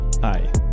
Hi